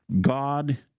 God